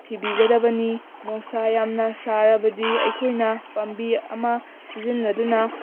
ꯊꯤꯕꯤꯒꯗꯕꯅꯤ ꯅꯨꯡꯁꯥ ꯌꯥꯝꯅ ꯁꯥꯔꯕꯗꯤ ꯑꯩꯈꯣꯏꯅ ꯄꯥꯝꯕꯤ ꯑꯃ ꯁꯤꯖꯤꯟꯅꯗꯨꯅ